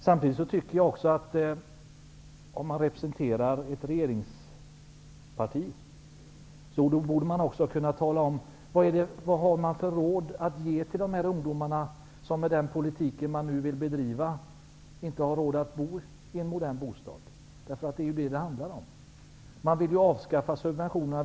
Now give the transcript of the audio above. Samtidigt tycker jag att man, om man representerar ett regeringsparti, borde kunna tala om vad det finns för råd att ge till dessa ungdomar som med den politik som bedrivs inte har råd att bo i en modern bostad. Det är detta som det handlar om. Man vill avskaffa subventionerna.